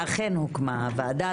ואכן הוקמה הוועדה.